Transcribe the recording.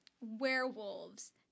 werewolves